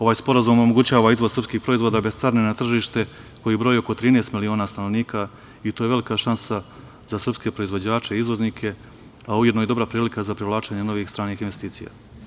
Ovaj sporazum omogućava izvoz srpskih proizvoda bez carine na tržište koji broji oko 13 miliona stanovnika i to je velika šansa sa srpske proizvođače, izvoznike, a ujedno i dobra prilika za privlačenje novih stranih investicija.